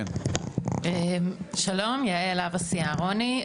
יעל הבסי אהרוני,